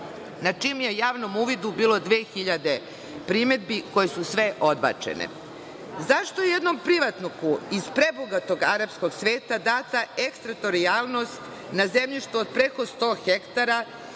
na čijem je javnom uvidu bilo 2.000 primedbi koje su sve odbačene.Zašto jednom privatniku iz prebogatog arapskog sveta data ekstrotorijalnost na zemljištu od preko 100 hektara,